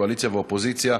קואליציה ואופוזיציה,